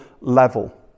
level